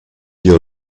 your